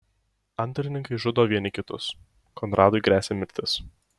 antrininkai žudo vieni kitus konradui gresia mirtis